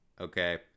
okay